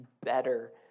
better